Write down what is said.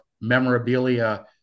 memorabilia